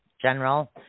General